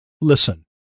Listen